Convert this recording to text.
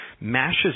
mashes